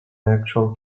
actual